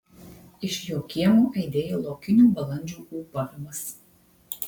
iš jo kiemo aidėjo laukinių balandžių ūbavimas